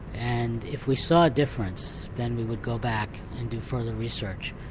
and if we saw a difference then we would go back and do further research.